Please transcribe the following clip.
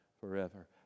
forever